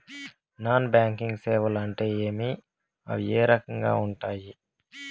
non banking సేవలు అంటే ఏమి అవి ఏ రకంగా ఉండాయి